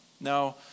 Now